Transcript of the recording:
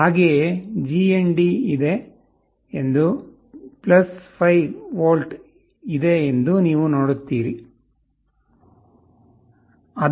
ನೀವು GND ಮತ್ತು 5 volt ಅನ್ನು ನೋಡುತ್ತಿರುವಿರಿ